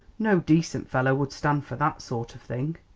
no decent fellow would stand for that sort of thing.